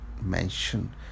mention